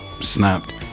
snapped